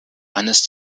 eines